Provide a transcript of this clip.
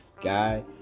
guy